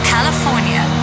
California